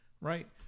right